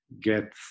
get